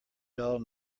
dull